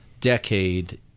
decade